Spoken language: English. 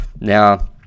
Now